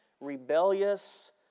rebellious